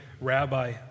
rabbi